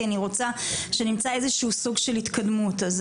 כי אני רוצה שנמצא איזשהו סוג של התקדמות.